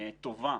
טובה